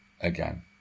again